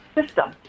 system